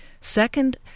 second